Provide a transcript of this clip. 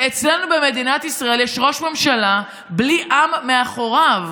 אצלנו במדינת ישראל יש ראש ממשלה בלי עם מאחוריו.